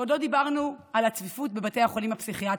ועוד לא דיברנו על הצפיפות בבתי החולים הפסיכיאטריים.